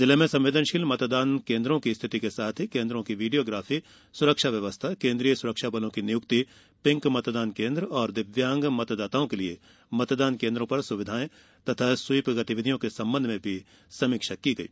जिले में संवेदनशील मतदान केन्द्रों की स्थिति के साथ ही इन केन्द्रों की वीडियोग्राफी सुरक्षा व्यवस्था केन्द्रीय सुरक्षाबलों की नियुक्ति पिंक मतदान केन्द्र और दिव्यांग मतदाताओं के लिये मतदान केन्द्रों पर सुविधाएं तथा स्वीप गतिविधियों के संबंध में भी समीक्षा की गई